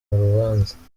rubanza